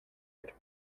elle